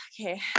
okay